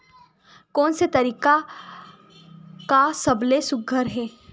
कोन से तरीका का सबले सुघ्घर हे?